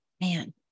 man